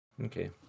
Okay